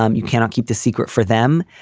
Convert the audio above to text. um you cannot keep the secret for them.